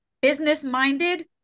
business-minded